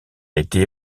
été